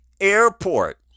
airport